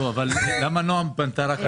לא, אבל למה נעם פנתה רק עכשיו?